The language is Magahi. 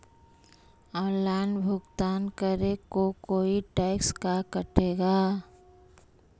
ऑनलाइन भुगतान करे को कोई टैक्स का कटेगा?